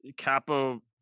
capo